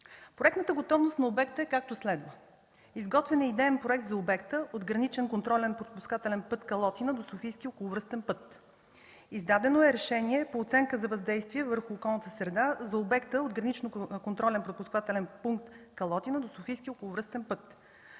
Проектната готовност на обекта е както следва: Изготвен е идеен проект за обекта от Граничен контролно- пропускателен пункт Калотина до Софийския околовръстен път. Издадено е Решение по оценка за въздействие върху околната среда за обекта от Граничен контролно-пропускателен пункт Калотина до Софийския околовръстен път.